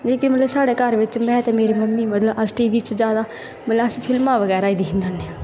ते जियां में ते मेरी मम्मी अस टीवी च जादा जादै अस फिल्मां बगैरा ई दिक्खदे होने